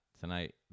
tonight